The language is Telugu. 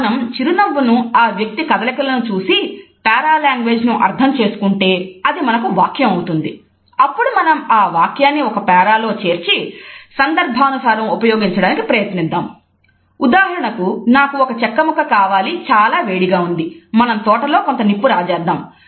మనం చిరునవ్వును ఆ వ్యక్తి కదలికలను చూసి పేరాలాంగ్వేజ్ ను అర్థం చేసుకుంటే అది మనకు వాక్యం"నాకు ఒక చెక్క ముక్క కావాలి చాలా వేడిగా ఉంది" "మనం తోటలో కొంత నిప్పురాజెద్దాం"